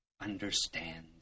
understand